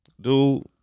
dude